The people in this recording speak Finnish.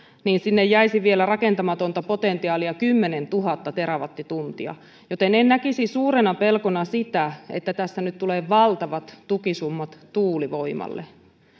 niin sinne jäisi vielä rakentamatonta potentiaalia kymmenentuhatta terawattituntia joten en näkisi suurena pelkona sitä että tässä nyt tulee valtavat tukisummat tuulivoimalle